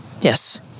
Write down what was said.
Yes